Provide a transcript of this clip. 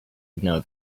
ignore